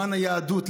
למען היהדות,